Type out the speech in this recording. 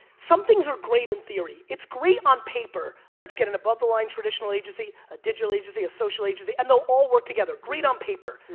some things are great in theory. it's great on paper, let's get an above the line traditional agency, a digital agency, a social agency, and they'll all work together. great on paper.